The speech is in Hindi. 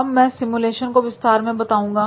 अब मैं सिमुलेशन को विस्तार में बताऊंगा